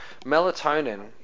melatonin